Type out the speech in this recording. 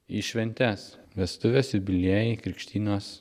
į šventes vestuvės jubiliejai krikštynos